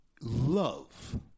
love